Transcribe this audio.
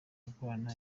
gukorana